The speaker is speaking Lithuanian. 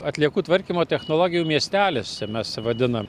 atliekų tvarkymo technologijų miestelis čia mes vadinam